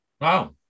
Wow